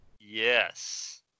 Yes